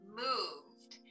moved